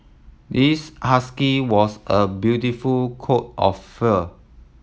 this husky was a beautiful coat of fur